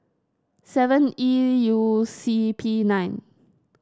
seven E U C P nine